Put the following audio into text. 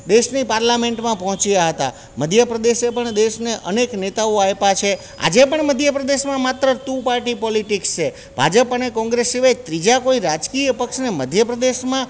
દેશની પાર્લામેન્ટમાં પહોંચ્યા હતા મધ્ય પ્રદેશે પણ દેશને અનેક નેતાઓ આયપા છે આજે પણ મધ્ય પ્રદેશમાં માત્ર ટુ પાર્ટી પોલિટીક્સ છે ભાજપ અને કોંગ્રેસ સિવાય ત્રીજા કોઈ રાજકીય પક્ષને મધ્ય પ્રદેશમાં